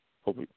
Hope